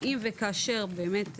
אם וכאשר באמת,